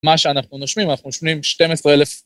מה שאנחנו נושמים, אנחנו נושמים 12,000...